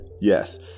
yes